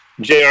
JR